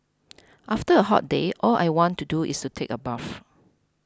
after a hot day all I want to do is take a bath